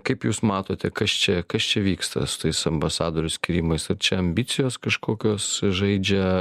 kaip jūs matote kas čia kas čia vyksta su tais ambasadorių skyrimais ar čia ambicijos kažkokios žaidžia